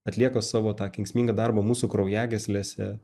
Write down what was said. atlieka savo tą kenksmingą darbą mūsų kraujagyslėse